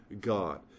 God